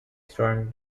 storm